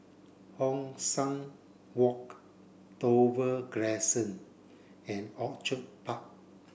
Hong San Walk Dover Crescent and Orchid Park